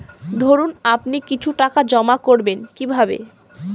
ধরুন আপনি কিছু টাকা জমা করবেন কিভাবে?